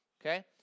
okay